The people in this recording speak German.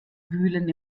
wühlten